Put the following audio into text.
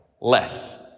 less